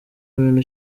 bintu